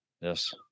Yes